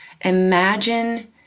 imagine